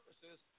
purposes